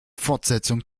fortsetzung